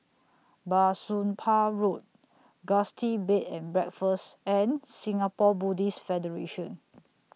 Bah Soon Pah Road Gusti Bed and Breakfast and Singapore Buddhist Federation